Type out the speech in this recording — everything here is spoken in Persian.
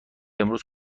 امروز